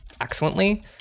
excellently